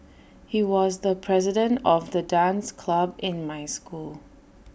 he was the president of the dance club in my school